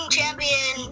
champion